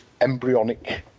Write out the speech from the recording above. embryonic